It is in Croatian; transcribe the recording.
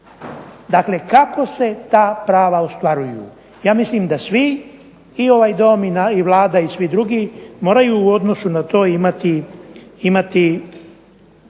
dakle kako se ta prava ostvaruju. Ja mislim da svi i ovaj Dom i Vlada i svi drugi moraju u odnosu na to imati